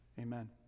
Amen